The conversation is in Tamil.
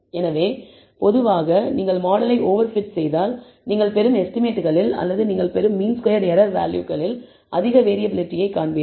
எனவே பொதுவாக நீங்கள் மாடலை ஓவர் பிட் செய்தால் நீங்கள் பெறும் எஸ்டிமேட்களில் அல்லது நீங்கள் பெறும் மீன் ஸ்கொயர்ட் எரர் வேல்யூகளில் அதிக வேறியபிலிட்டியை காண்பீர்கள்